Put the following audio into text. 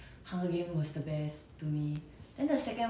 eh sec~ second one is what ah 什么 what what happen